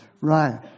Right